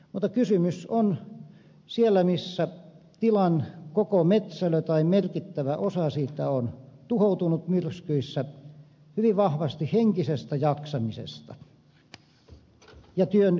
mutta kysymys on siellä missä tilan koko metsälö tai merkittävä osa siitä on tuhoutunut myrskyissä hyvin vahvasti henkisestä jaksamisesta ja työn jatkumisesta